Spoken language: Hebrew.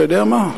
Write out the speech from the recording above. אתה יודע מה?